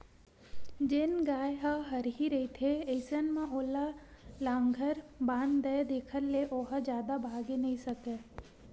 जेन गाय ह हरही रहिथे अइसन म ओला लांहगर बांध दय जेखर ले ओहा जादा भागे नइ सकय